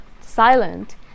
silent